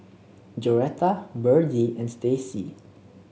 Joretta Byrdie and Stacy